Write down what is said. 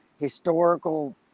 historical